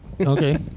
Okay